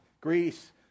Greece